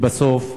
לבסוף,